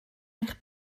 eich